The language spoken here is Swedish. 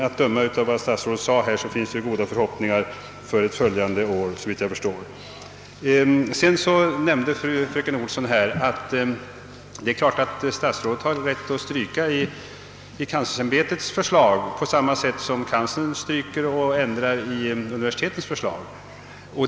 Att döma av vad statsrådet nu sade finns det goda förhoppningar att få igenom förslaget ett följande år. Fröken Olsson framhöll att statsrådet givetvis har rätt att stryka i kanslersämbetets förslag på samma sätt som kanslern stryker och ändrar i universitetens förslag.